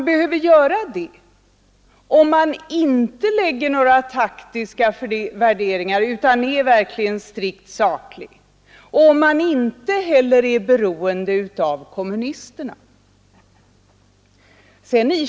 Behöver man göra så, om man inte lägger några taktiska värderingar på en fråga utan är strikt saklig — och om man inte heller är beroende av kommunisterna?